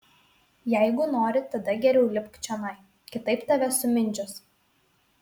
jeigu nori tada geriau lipk čionai kitaip tave sumindžios